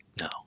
No